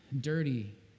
dirty